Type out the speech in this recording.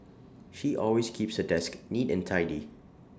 she always keeps her desk neat and tidy